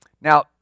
now